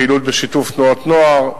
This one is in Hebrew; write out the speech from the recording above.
פעילות בשיתוף תנועות נוער,